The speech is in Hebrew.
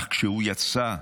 אך כשהוא יצא,